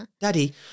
Daddy